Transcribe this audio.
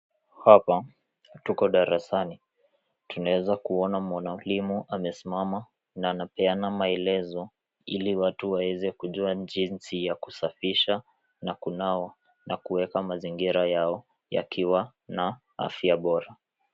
Hapa, tuko darasani; tunaweza kuona mwalimu amesimama na anapeana maelezo ili watu waweze kujua jinsi ya kusafisha na kunawa na kuweka mazingira yao yakiwa na afya bora.